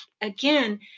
again